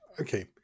okay